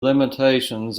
limitations